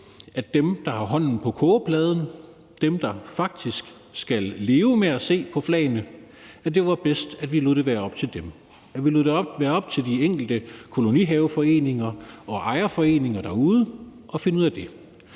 til dem, der har hånden på kogepladen, altså dem, der faktisk skal leve med at se på flagene, og at vi lod det være op til de enkelte kolonihaveforeninger og ejerforeninger derude at finde ud af det.